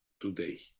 today